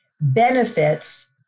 benefits